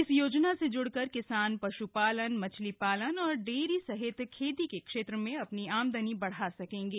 इस योजना से जुड़कर किसान पशुपालन मछली डेयरी सहित खेती के क्षेत्र में अपनी आमदनी बढ़ा सकेंगे